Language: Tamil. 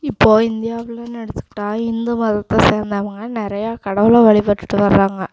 இப்போ இந்தியாவிலன்னு எடுத்துக்கிட்டா இந்து மதத்தை சேர்ந்தவங்க நிறைய கடவுளை வழிபட்டுகிட்டு வராங்க